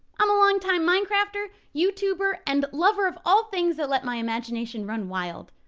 i'm a longtime minecrafter, youtuber, and lover of all things that let my imagination run wild.